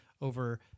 over